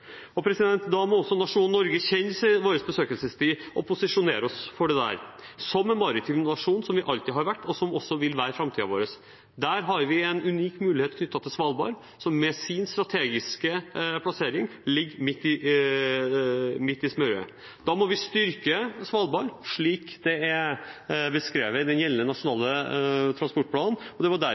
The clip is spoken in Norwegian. Da må også vi fra nasjonen Norge kjenne vår besøkelsestid og posisjonere oss som en maritim nasjon, som vi alltid har vært, og som vi også vil være i framtiden. Der har vi en unik mulighet knyttet til Svalbard, som med sin strategiske plassering ligger midt i smørøyet. Da må vi styrke Svalbard, slik det er beskrevet i gjeldende Nasjonal transportplan. Det var